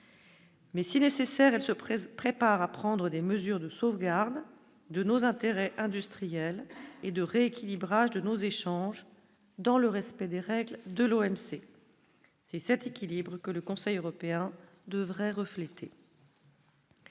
Mais si nécessaire, elle se pressent prépare à prendre des mesures de sauvegarde de nos intérêts industriels et de rééquilibrage de nos échanges dans le respect des règles de l'OMC, c'est cet équilibre que le Conseil européen devrait refléter.